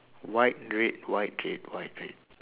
white red white red white red